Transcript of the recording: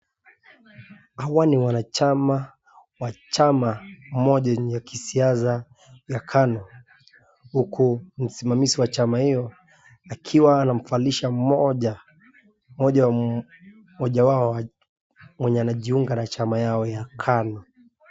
Hawa ni wanachama wa chama moja ya kisiasa ya KANU huku msimamishi ya chama akiwa anamvalisha mmoja anajuinga na chama yao ya KANU.